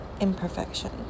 imperfection